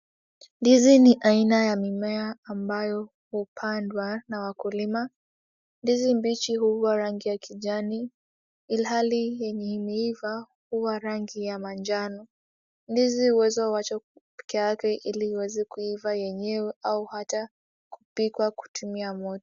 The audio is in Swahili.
Ndizi ni aina ya mimea ambayo hupandwa na wakulima. Ndizi mbichi huwa rangi ya kijani ilhali yenye imeiva huwa rangi ya manjano. Ndizi huweza kuachwa ili iweze kuiva yenyewe au hata kupikwa kutumia moto.